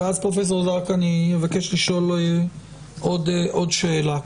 ואז, פרופ' זרקא, אני אבקש לשאול עוד שאלה.